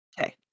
Okay